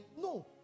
No